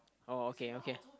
oh okay okay